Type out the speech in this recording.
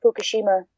Fukushima